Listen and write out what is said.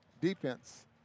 defense